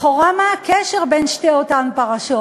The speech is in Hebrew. לכאורה, מה הקשר לאותן שתי פרשות?